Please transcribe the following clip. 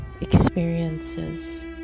experiences